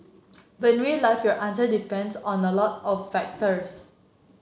but real life your answer depends on a lot of factors